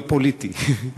לא פוליטי.